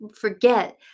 forget